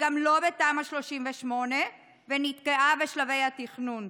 גם לא בתמ"א 38, ונתקעה בשלבי התכנון.